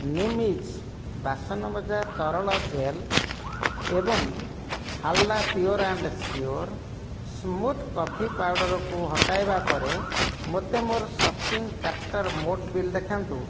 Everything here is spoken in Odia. ନିମ୍ଇଜ୍ ବାସନମଜା ତରଳ ଜେଲ୍ ଏବଂ ଫାଲାଡ଼ା pure and sure smooth coffee ପାଉଡ଼ର୍କୁ ହଟାଇବା ପରେ ମୋତେ ମୋର ସପିଂ କାର୍ଟ୍ର ମୋଟ ବିଲ୍ ଦେଖାନ୍ତୁ